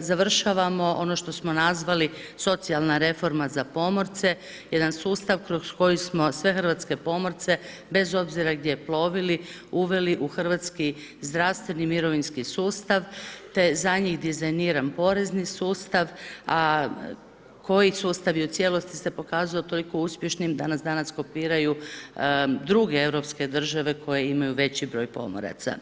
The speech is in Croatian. završavamo ono što smo nazvali socijalna reforma za pomorce, jedan sustav kroz koji smo sve hrvatske pomorce bez obzira gdje plovili uveli u hrvatski zdravstveni mirovinski sustav te za njih dizajniran porezni sustav, a koji sustav je cijelosti se pokazao toliko uspješan da nas danas kopiraju druge europske države koje imaju veći broj pomoraca.